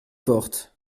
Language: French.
forte